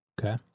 Okay